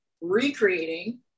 recreating